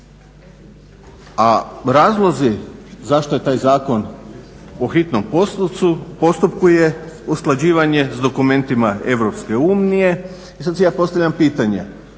a razlozi zašto je taj zakon u hitnom postupku je usklađivanje sa dokumentima Europske unije. I sada si ja postavljam pitanje